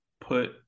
put